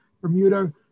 bermuda